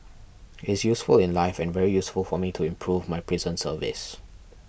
it's useful in life and very useful for me to improve my prison service